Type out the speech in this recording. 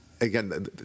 again